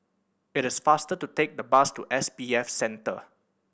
it is faster to take the bus to S B F Center